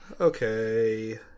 Okay